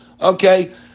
okay